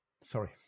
Sorry